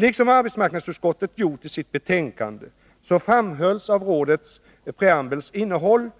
Liksom arbetsmarknadsutskottet gjort i sitt betänkande framhölls av rådet preambelns innehåll